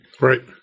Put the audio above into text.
Right